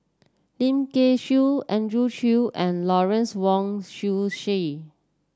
Lim Kay Siu Andrew Chew and Lawrence Wong Shyun Tsai